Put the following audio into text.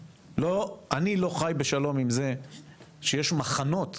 אני לא חי בשלום עם זה שיש מחנות,